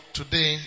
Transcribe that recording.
today